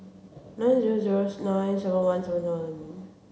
nine zero zero nine seven one seven seven